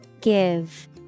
Give